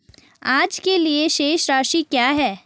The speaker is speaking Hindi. आज के लिए शेष राशि क्या है?